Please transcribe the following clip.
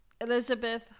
Elizabeth